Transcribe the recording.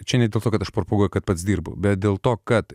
čia ne dėl to kad aš propaguoju kad pats dirbu bet dėl to kad